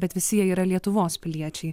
bet visi jie yra lietuvos piliečiai